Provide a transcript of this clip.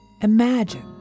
imagine